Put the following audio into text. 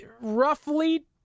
roughly